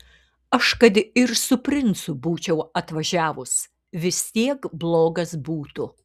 aš kad ir su princu būčiau atvažiavus vis tiek blogas būtų